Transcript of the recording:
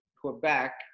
Quebec